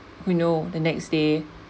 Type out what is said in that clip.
who know the next day